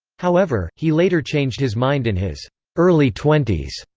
however, he later changed his mind in his early twenty s.